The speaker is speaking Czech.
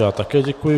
Já také děkuji.